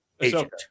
agent